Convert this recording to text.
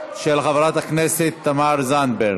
של חברת הכנסת תמר זנדברג.